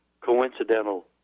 coincidental